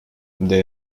they